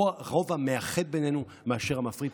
רב המאחד בינינו מאשר המפריד.